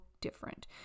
different